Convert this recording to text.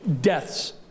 deaths